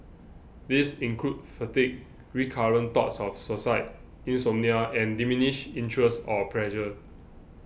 these include fatigue recurrent thoughts of suicide insomnia and diminished interest or pleasure